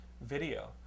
video